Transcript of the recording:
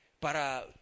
Para